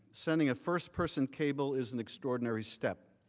sending a first-person cable is an extraordinary step